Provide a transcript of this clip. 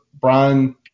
Brian